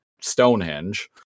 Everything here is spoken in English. Stonehenge